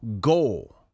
goal